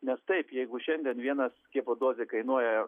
nes taip jeigu šiandien viena skiepo dozė kainuoja